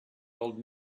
old